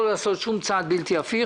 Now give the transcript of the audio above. אני מבקש לא לעשות שום צעד בלתי הפיך